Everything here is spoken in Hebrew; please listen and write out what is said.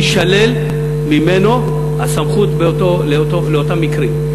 תישלל ממנו הסמכות לאותם מקרים.